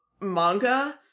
manga